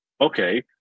okay